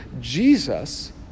Jesus